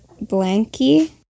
Blanky